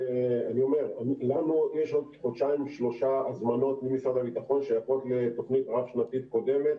לנו יש עוד חודשיים-שלושה הזמנות ממשרד הביטחון ששייכות לתר"ש קודמת